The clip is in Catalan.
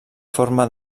forma